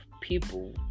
people